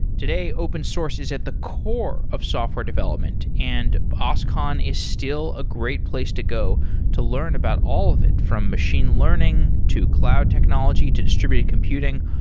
today, open source is at the core of software development, and oscon is still a great place to go to learn about all of it, from machine learning, to cloud technology, to distributed computing.